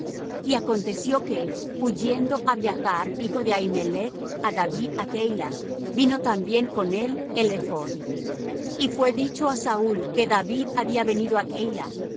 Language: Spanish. y aconteció que huyendo abiathar hijo de ahimelech á david á keila vino también con él el ephod y fué dicho á saúl que david había venido á keila